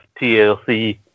TLC